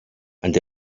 and